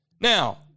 now